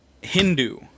Hindu